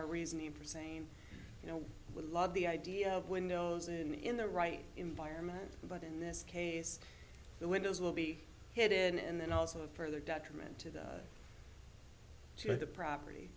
our reasoning for saying you know we love the idea of windows and in the right environment but in this case the windows will be hit in and then also further detriment to the property